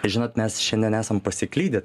žinot mes šiandien same pasiklydę